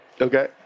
Okay